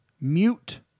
Mute